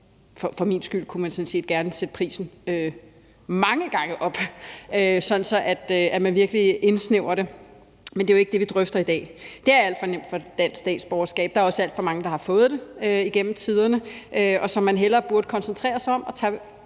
For min skyld kunne man sådan set sætte prisen mange gange op, sådan at man virkelig indsnævrer det, men det er jo ikke det, vi drøfter i dag. Det er alt for nemt at få dansk statsborgerskab. Der er også alt for mange, der har fået det igennem tiderne, og som man hellere burde koncentrere sig om